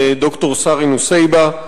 ד"ר סרי נוסייבה.